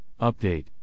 update